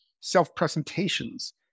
self-presentations